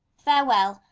farewell,